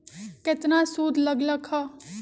केतना सूद लग लक ह?